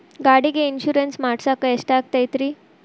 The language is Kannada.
ಗಾಡಿಗೆ ಇನ್ಶೂರೆನ್ಸ್ ಮಾಡಸಾಕ ಎಷ್ಟಾಗತೈತ್ರಿ?